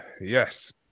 yes